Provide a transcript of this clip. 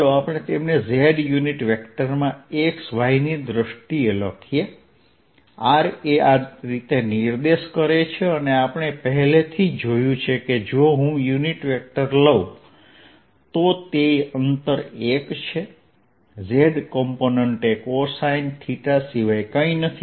ચાલો આપણે તેમને z યુનિટ વેક્ટરમાં x yની દ્રષ્ટિએ લખીએ r આ રીતે નિર્દેશ કરે છે અને આપણે પહેલેથી જ જોયું છે કે જો હું યુનિટ વેક્ટર લઉં તો તે અંતર 1 છે z કમ્પોનન્ટ એ cosine સિવાય કંઈ નથી